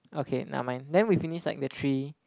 okay never mind then we finish like the three